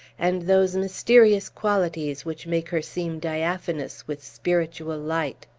and those mysterious qualities which make her seem diaphanous with spiritual light!